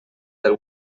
del